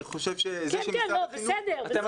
אני חושב שזה שמשרד החינוך --- אתם